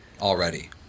already